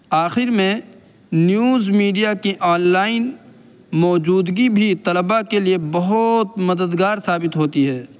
آخر میں news media کی آنلائن موجودگی بھی طلباء کے لیے بہت مددگار ثابت ہوتی ہے